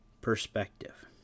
perspective